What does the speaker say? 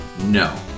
No